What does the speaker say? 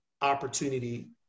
opportunity